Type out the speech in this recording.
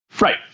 Right